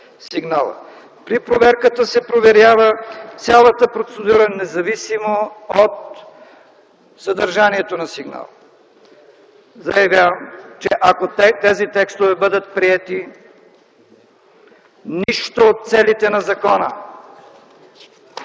При проверката се проверява цялата процедура, независимо от съдържанието на сигнала.” Заявявам, че ако тези текстове бъдат приети, нищо от целите на закона,